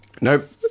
nope